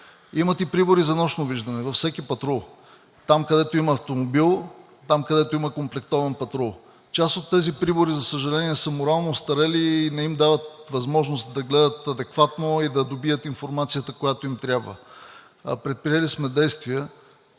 Имат и прибори за нощно виждане във всеки патрул – там където има автомобил, там където има комплектуван патрул. Част от тези прибори, за съжаление, са морално остарели и не им дават възможност да гледат адекватно и да добият информацията, която им трябва. Предприели сме действия